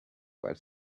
while